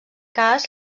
cas